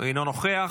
אינו נוכח.